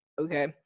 okay